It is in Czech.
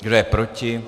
Kdo je proti?